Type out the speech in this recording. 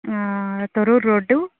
Thorrur road